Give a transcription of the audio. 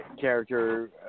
character